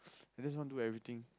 I just want do everything